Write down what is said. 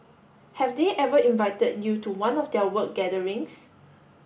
have they ever invited you to one of their work gatherings